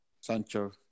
Sancho